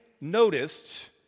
noticed